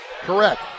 Correct